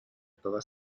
toda